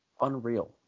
unreal